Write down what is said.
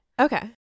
Okay